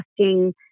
asking